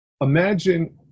imagine